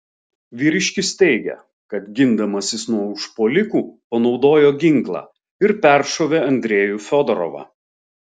vyriškis teigė kad gindamasis nuo užpuolikų panaudojo ginklą ir peršovė andrejų fiodorovą